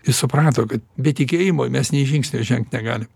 jis suprato kad be tikėjimo mes nė žingsnio žengt negalim